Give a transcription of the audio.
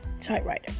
typewriter